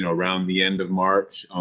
and around the end of march,